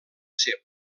ser